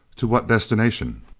to what destination?